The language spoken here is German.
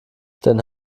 den